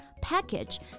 Package